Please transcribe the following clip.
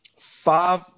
five